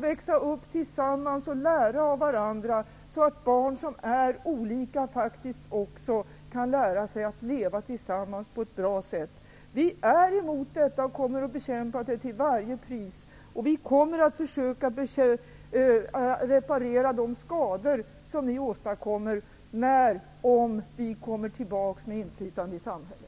växa upp tillsammans och lära av varandra, så att barn som är olika faktiskt också kan lära sig att leva tillsammans på ett bra sätt. Vi är emot detta och kommer att bekämpa det till varje pris. Om och när vi kommer tillbaka med inflytande i samhället, kommer vi att försöka reparera de skador ni nu åstadkommer.